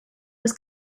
was